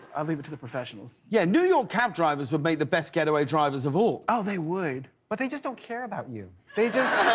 i leave it to the professionals. james yeah new york cab drivers would make the best getaway drivers of all. ah they would. but they just don't care about you. they just